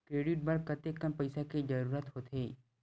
Credit बर कतेकन पईसा के जरूरत होथे?